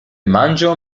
manĝo